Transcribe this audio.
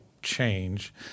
change